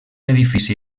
edifici